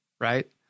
right